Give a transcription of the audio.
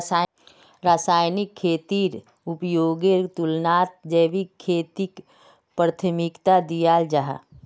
रासायनिक खेतीर उपयोगेर तुलनात जैविक खेतीक प्राथमिकता दियाल जाहा